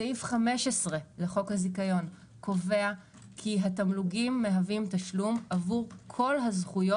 סעיף 15 לחוק הזיכיון קובע כי התמלוגים מהווים תשלום עבור כל הזכויות,